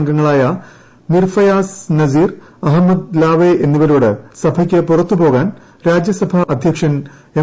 അംഗങ്ങളായ മിർഫയാസ് നസീർ അഹമ്മദ് ലാവെ എന്നിവരോട് സഭയ്ക്കു പുറത്തു പോകാൻ രാജ്യസഭാ അധ്യക്ഷൻ എം